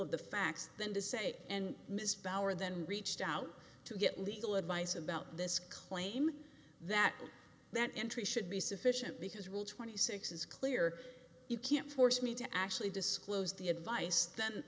of the facts then to say and mr bauer then reached out to get legal advice about this claim that that entry should be sufficient because rule twenty six is clear you can't force me to actually disclose the advice then